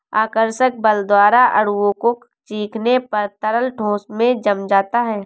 आकर्षक बल द्वारा अणुओं को खीचने पर तरल ठोस में जम जाता है